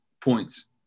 points